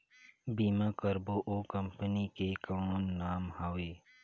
बीमा करबो ओ कंपनी के कौन नाम हवे?